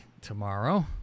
tomorrow